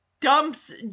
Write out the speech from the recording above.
dumps